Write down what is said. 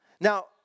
Now